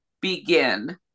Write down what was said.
begin